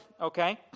okay